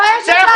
תתבייש אתה.